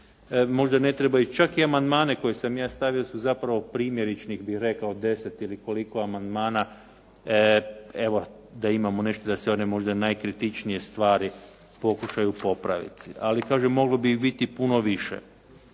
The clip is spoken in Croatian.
Možda ne trebaju čak i amandmane koje sam ja stavio, jer su zapravo primjeričnih bih rekao 10 ili koliko amandmana evo da imamo nešto, da se one možda najkritičnije stvari pokušaju popraviti. Ali kažem, moglo bi ih biti puno više.